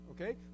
okay